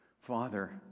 Father